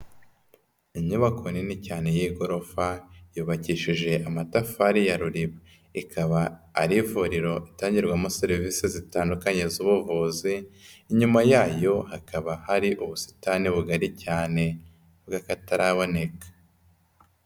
Inyubako nini cyane y'igororofa, yubakishije amatafari ya ruriba, ikaba ari ivuriro itangirwamo serivisi zitandukanye z'ubuvuzi, inyuma yayo hakaba hari ubusitani bugari cyane bw'akataraboneka.